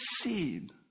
seed